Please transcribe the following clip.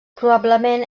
probablement